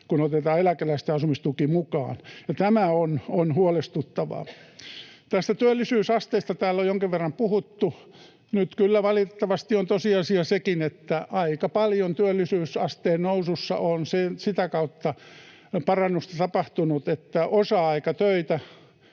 kun otetaan eläkeläisten asumistuki mukaan. Tämä on huolestuttavaa. Tästä työllisyysasteesta täällä on jonkin verran puhuttu. Nyt kyllä valitettavasti on tosiasia sekin, että aika paljon työllisyysasteen nousussa on sitä kautta parannusta tapahtunut, että osa-aikatöitä,